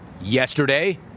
Yesterday